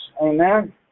Amen